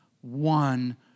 one